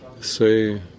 say